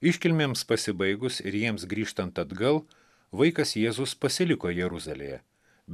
iškilmėms pasibaigus ir jiems grįžtant atgal vaikas jėzus pasiliko jeruzalėje